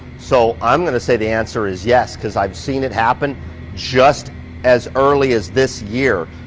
so i'm gonna say the answer is yes cause i've seen it happen just as early as this year.